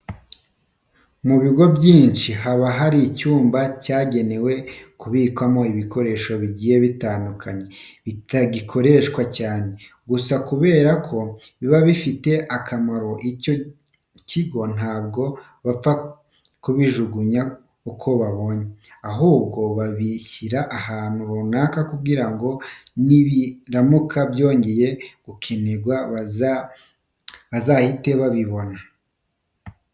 Mu bigo byinshi haba hari icyumba cyagenewe kubikwamo ibikoresho bigiye bitandukanye bitagikoreshwa cyane. Gusa kubera ko biba bigifitiye akamaro icyo kigo ntabwo bapfa kubijugunya uko biboneye, ahubwo babishyira ahantu runaka kugira ngo nibiramuka byongeye gukenerwa bazahite babibona.